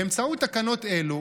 באמצעות תקנות אלו